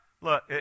Look